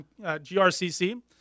GRCC